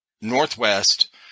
Northwest